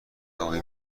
ابی